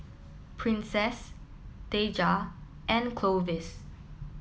princess Deja and Clovis